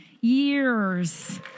years